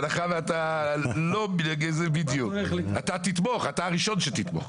אתה תתמוך, אתה הראשון שתתמוך.